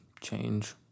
change